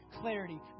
clarity